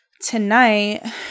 tonight